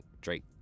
drake